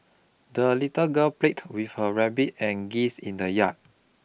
the little girl played with her rabbit and geese in the yard